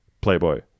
Playboy